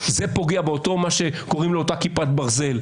זה פוגע באותה "כיפת ברזל,